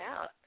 out